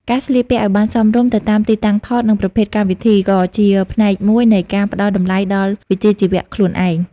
ការស្លៀកពាក់ឱ្យបានសមរម្យទៅតាមទីតាំងថត និងប្រភេទកម្មវិធី ក៏ជាផ្នែកមួយនៃការផ្ដល់តម្លៃដល់វិជ្ជាជីវៈខ្លួនឯង។